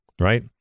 right